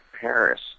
Paris